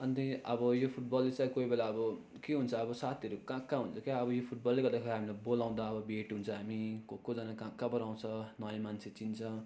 अनि त्यहाँदेखि अब यो फुटबलले चाहिँ कोही बेला अब के हुन्छ अब साथीहरू कहाँ कहाँ हुन्छ क्या अब यो फुटबलले गर्दाखेरि हामीलाई बोलाउँदा अब भेट हुन्छ हामी को कोजना कहाँ कहाँबाट आउँछ नयाँ मान्छे चिन्छ